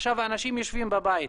עכשיו האנשים יושבים בבית.